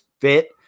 fit